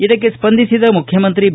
ಇದಕ್ಕೆ ಸ್ಪಂದಿಸಿದ ಮುಖ್ಯಮಂತ್ರಿ ಬಿ